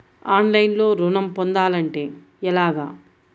ఆన్లైన్లో ఋణం పొందాలంటే ఎలాగా?